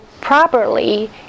properly